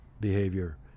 behavior